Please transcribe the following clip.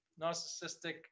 narcissistic